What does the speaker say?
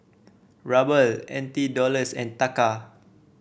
Ruble N T Dollars and Taka